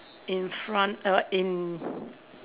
in front err in